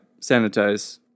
sanitize